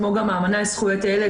כמו גם האמנה לזכויות הילד,